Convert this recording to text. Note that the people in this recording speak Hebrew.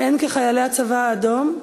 הן כחיילי הצבא האדום,